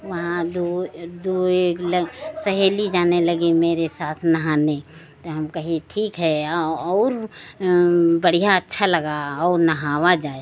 वहाँ दो डप एक लग सहेली जाने लगी मेरे साथ नहाने तो हम कहे ठीक है और बढ़िया अच्छा लगा और नहाया जाए